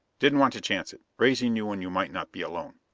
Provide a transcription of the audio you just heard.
didn't want to chance it, raising you when you might not be alone.